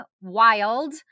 Wild